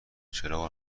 چراغ